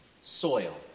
soil